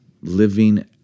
living